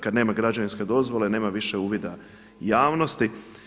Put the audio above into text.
Kad nema građevinske dozvole nema više uvida javnosti.